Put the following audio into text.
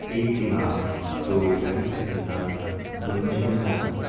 एक लाख चव्वेचाळीस हजार दोनशे णव्वद